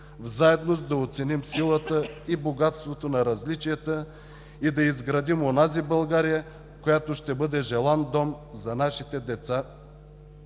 заедно да оценим силата и богатството на различията и да изградим онази България, която ще бъде желан дом за нашите деца